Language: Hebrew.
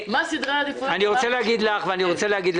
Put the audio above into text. --- מה סדרי העדיפויות --- אני רוצה לומר לך ולכולם: